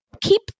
keep